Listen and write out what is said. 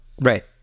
right